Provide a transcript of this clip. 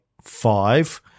five